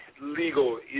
legal